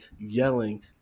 yelling